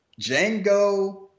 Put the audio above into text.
Django